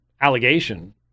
allegation